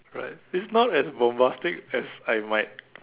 right it's not as bombastic as I might